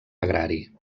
agrari